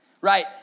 right